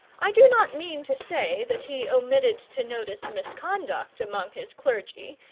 i do not mean to say that he omitted to notice misconduct among his clergy,